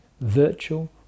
virtual